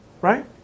Right